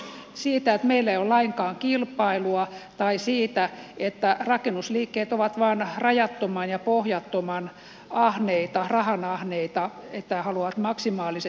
onko kysymys siitä että meillä ei ole lainkaan kilpailua tai siitä että rakennusliikkeet ovat vain rajattoman ja pohjattoman rahanahneita ja haluavat maksimaaliset voitot